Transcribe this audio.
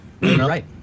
right